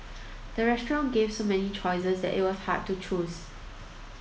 the restaurant gave so many choices that it was hard to choose